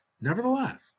nevertheless